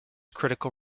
critical